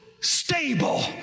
stable